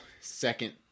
second